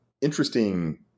interesting